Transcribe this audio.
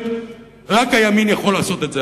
רק הימין יכול לעשות את זה.